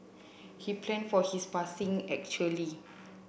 he planned for his passing actually